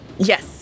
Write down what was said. Yes